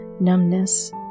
numbness